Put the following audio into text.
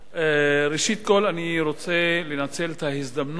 ראשית כול אני רוצה לנצל את ההזדמנות